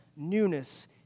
Newness